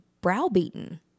browbeaten